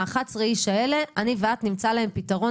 11 האנשים האלה אני ואת נמצא להם פתרון